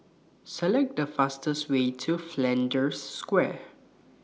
Select The fastest Way to Flanders Square